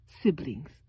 siblings